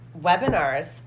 webinars